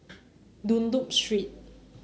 Dunlop Street